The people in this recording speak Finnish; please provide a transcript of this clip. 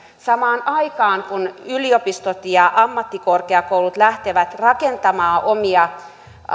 samaan aikaan kun yliopistot ja ammattikorkeakoulut lähtevät rakentamaan omia